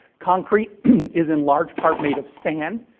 concrete is, in large part, made of sand.